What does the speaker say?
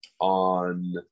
on